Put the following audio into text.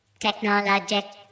technologic